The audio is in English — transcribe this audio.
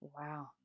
Wow